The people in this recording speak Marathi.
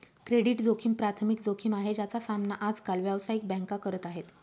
क्रेडिट जोखिम प्राथमिक जोखिम आहे, ज्याचा सामना आज काल व्यावसायिक बँका करत आहेत